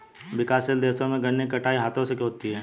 विकासशील देशों में गन्ने की कटाई हाथों से होती है